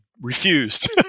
refused